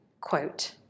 quote